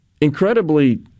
incredibly